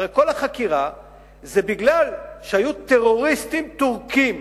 הרי כל החקירה היא מפני שהיו טרוריסטים טורקים